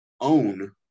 own